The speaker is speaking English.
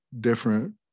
different –